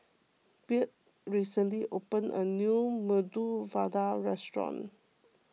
Byrd recently opened a new Medu Vada restaurant